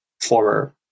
former